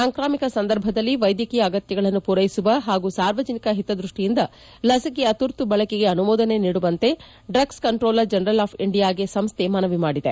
ಸಾಂಕ್ರಾಮಿಕ ಸಂದರ್ಭದಲ್ಲಿ ವೈದ್ಯಕೀಯ ಅಗತ್ಯಗಳನ್ನು ಪೂರ್ಲೆಸುವ ಹಾಗೂ ಸಾರ್ವಜನಿಕ ಹಿತದ್ಯಷ್ಲಿಯಿಂದ ಲಿಸಿಕೆಯ ತುರ್ತು ಬಳಕೆಗೆ ಅನುಮೋದನೆ ನೀಡುವಂತೆ ಡ್ರಗ್ಲ್ ಕಂಟೋಲರ್ ಜನರಲ್ ಆಫ್ ಇಂಡಿಯಾಗೆ ಸಂಸ್ಟೆ ಮನವಿ ಮಾಡಿದೆ